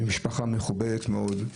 ומשפחה מכובדת מאוד,